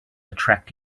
attract